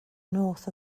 north